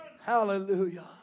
Hallelujah